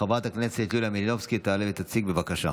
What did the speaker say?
חברת הכנסת יוליה מלינובסקי תעלה ותציג, בבקשה.